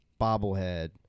bobblehead